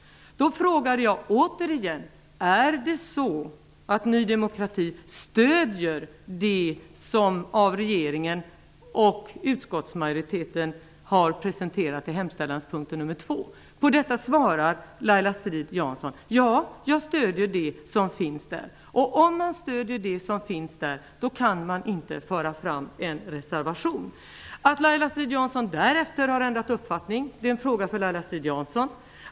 Då frågade jag återigen: Är det så att Ny demokrati stöder det som regeringen och utskottsmajoriteten har presenterat i hemställanspunkten nr 2? På detta svarade Laila Strid-Jansson: Ja, jag stöder det som finns där. Om hon gjorde det kunde hon inte föra fram en reservation. Att Laila Strid-Jansson därefter har ändrat uppfattning är en fråga för henne.